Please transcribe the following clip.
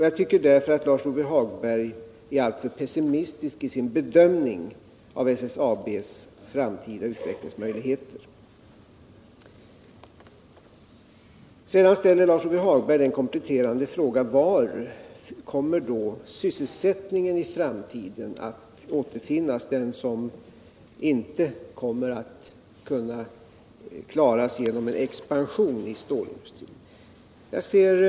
Jag tycker därför att Lars-Ove Hagberg är alltför pessimistisk i sin bedömning av SSAB:s framtida utvecklingsmöjligheter. Sedan ställer Lars-Ove Hagberg den kompletterande frågan: Var kommer då sysselsättningen i framtiden att återfinnas — den sysselsättning som inte kommer att kunna klaras genom en expansion i stålindustrin?